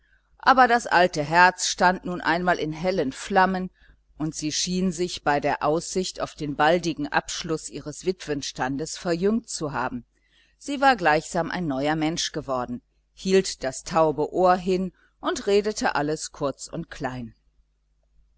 aber das alte herz stand nun einmal in hellen flammen und sie schien sich bei der aussicht auf den baldigen abschluß ihres witwenstandes verjüngt zu haben sie war gleichsam ein neuer mensch geworden hielt das taube ohr hin und redete alles kurz und klein